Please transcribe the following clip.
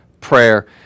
prayer